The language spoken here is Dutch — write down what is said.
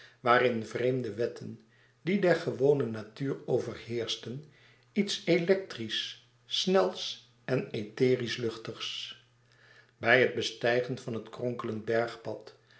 waarin vreemde wetten die der gewone natuur overheerschten iets electrisch snels en etherisch luchtigs bij het bestijgen van het kronkelend bergpad